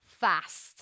fast